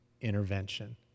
intervention